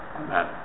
Amen